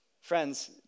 Friends